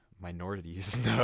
minorities